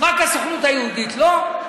רק הסוכנות היהודית לא?